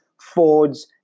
Fords